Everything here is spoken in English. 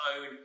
own